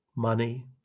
money